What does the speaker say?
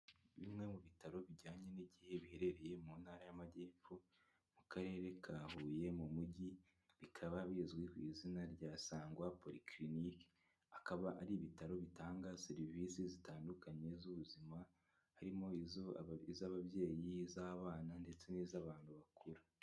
Bimwe mu bitaro bijyanye n'igihe biherereye mu Ntara y'Amajyepfo mu karere ka Huye mu mujyi, bikaba bizwi ku izina rya Sangwa polyclinic akaba ari ibitaro bitanga serivisi zitandukanye z'ubuzima harimo iz'ababyeyi, iz'abana ndetse n'iz'abantu bakuru.